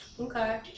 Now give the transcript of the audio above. Okay